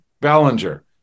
Ballinger